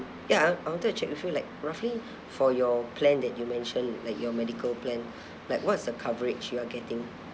ya I want~ I wanted to check with you like roughly for your plan that you mentioned like your medical plan like what's the coverage you are getting